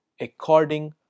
according